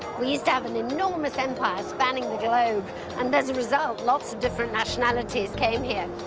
we used to have an enormous empire spanning the globe and as a result lots of different nationalities came here.